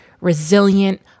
resilient